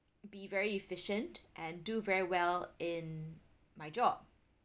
be very efficient and do very well in my job